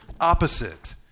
opposite